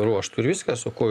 ruoštu ir viskas o ko